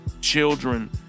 children